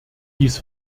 dies